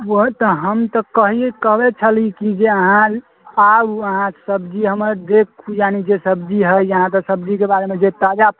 वहे तऽ हम तऽ कहिये कहले छलीह कि जे अहाँ आउ आओर सब्जी हमर देखु यानि जे सब्जी है यहाँके सब्जीके बारेमे जे ताजा